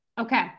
Okay